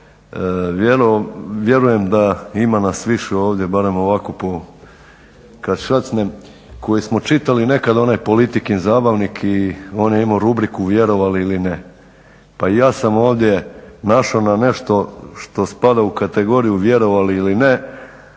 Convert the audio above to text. vjerujem da nas ima više ovdje barem ovako kada šacnem koji smo čitali nekada onaj Politikin zabavnik i on je imao rubriku Vjerovali ili ne. Pa i ja sam ovdje našao na nešto što spada u kategoriju vjerovali ili ne,